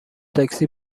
تاکسی